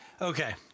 okay